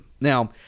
Now